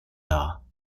dar